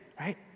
right